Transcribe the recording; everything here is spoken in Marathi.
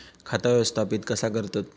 खाता व्यवस्थापित कसा करतत?